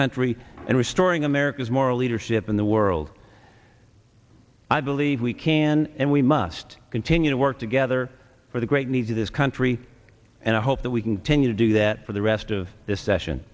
country and restoring america's moral leadership in the world i believe we can and we must continue to work together for the great needs of this country and i hope that we continue to do that for the rest of this session